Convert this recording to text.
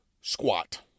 squat